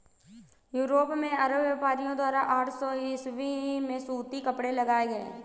Europe में Arab व्यापारियों द्वारा आठ सौ ईसवी में सूती कपड़े लाए गए